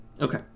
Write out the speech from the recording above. okay